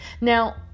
Now